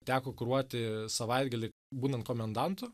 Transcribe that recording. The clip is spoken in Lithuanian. teko kuruoti savaitgalį būnant komendantu